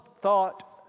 thought